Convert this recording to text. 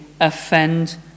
offend